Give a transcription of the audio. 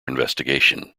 investigation